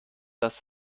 das